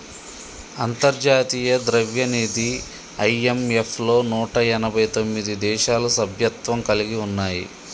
అంతర్జాతీయ ద్రవ్యనిధి ఐ.ఎం.ఎఫ్ లో నూట ఎనభై తొమ్మిది దేశాలు సభ్యత్వం కలిగి ఉన్నాయి